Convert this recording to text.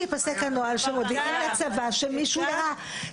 שייפסק הנוהל שמודיעים לצבא שמישהו ירה.